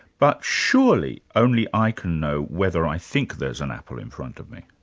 but surely only i can know whether i think there's an apple in front of me?